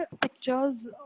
pictures